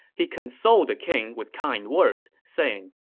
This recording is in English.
he consoled the king with kind words, saying,